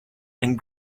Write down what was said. and